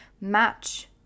match